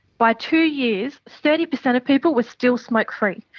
by two years thirty percent of people were still smoke-free.